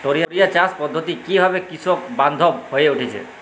টোরিয়া চাষ পদ্ধতি কিভাবে কৃষকবান্ধব হয়ে উঠেছে?